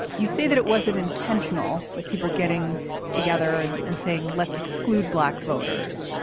you see that it wasn't intentional. like people getting together and and saying, let's exclude black voters,